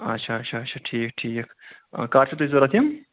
اچھا اچھا اچھا ٹھیٖک ٹھیٖک کَر چھو تۄہہِ ضروٗرت یِم